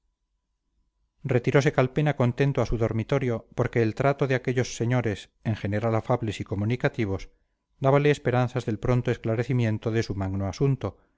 retirose calpena contento a su dormitorio porque el trato de aquellos señores en general afables y comunicativos dábale esperanzas del pronto esclarecimiento de su magno asunto